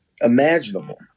imaginable